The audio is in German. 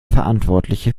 verantwortliche